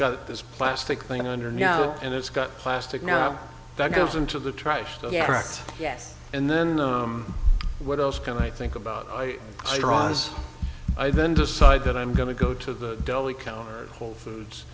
got this plastic thing under now and it's got plastic now that goes into the trash so yes yes and then what else can i think about i i rise i then decide that i'm going to go to the deli counter whole foods